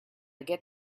get